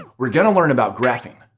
we're gonna learn about graphing,